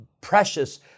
precious